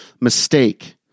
mistake